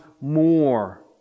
more